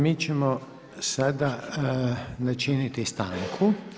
Mi ćemo sada načiniti stanku.